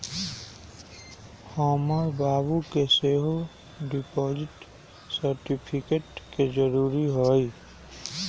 हमर बाबू के सेहो डिपॉजिट सर्टिफिकेट के जरूरी हइ